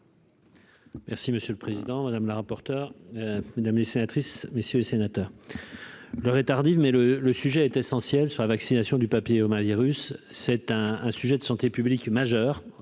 Merci monsieur le président, madame la rapporteure mesdames, une sénatrice, messieurs les sénateurs, l'heure est tardive, mais le le sujet est essentiel sur la vaccination du papillomavirus c'est un un sujet de santé publique majeur